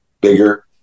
bigger